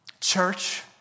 church